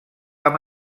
amb